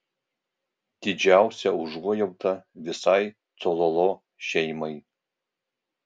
didžiausia užuojauta visai cololo šeimai